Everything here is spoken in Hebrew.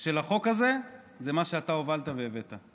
של החוק הזה זה מה שאתה הובלת והבאת.